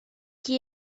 qui